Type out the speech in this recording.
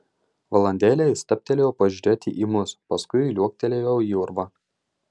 valandėlę jis stabtelėjo pažiūrėti į mus paskui liuoktelėjo į urvą